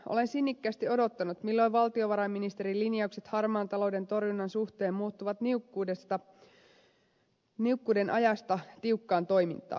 olen sinnikkäästi odottanut milloin valtiovarainministerin linjaukset harmaan talouden torjunnan suhteen muuttuvat niukkuuden ajasta tiukkaan toimintaan